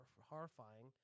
horrifying